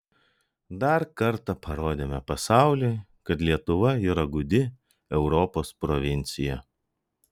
dar kartą parodėme pasauliui kad lietuva yra gūdi europos provincija